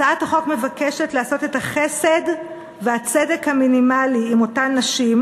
הצעת החוק מבקשת לעשות את החסד והצדק המינימלי עם אותן נשים,